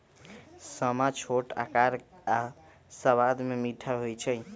समा छोट अकार आऽ सबाद में मीठ होइ छइ